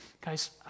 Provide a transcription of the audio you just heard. Guys